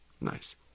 Nice